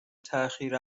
تاخیر